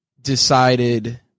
decided